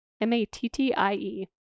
m-a-t-t-i-e